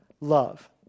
love